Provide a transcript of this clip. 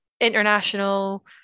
international